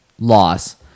Loss